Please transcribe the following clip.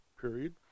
period